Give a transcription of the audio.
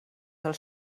del